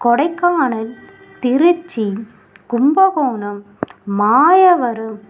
Kodaikanal Tiruchi Kumbakonam Mayavaram